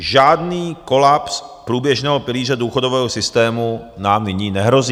Žádný kolaps průběžného pilíře důchodového systému nám nyní nehrozí.